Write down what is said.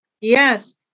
Yes